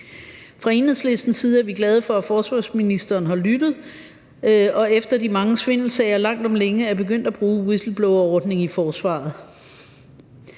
Fra Enhedslistens side er vi glade for, at forsvarsministeren har lyttet og efter de mange svindelsager langt om længe er begyndt at bruge en whistleblowerordning i forsvaret.